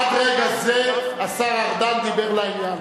עד רגע זה השר ארדן דיבר לעניין.